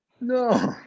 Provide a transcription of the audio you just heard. no